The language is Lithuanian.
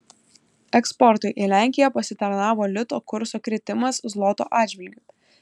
eksportui į lenkiją pasitarnavo lito kurso kritimas zloto atžvilgiu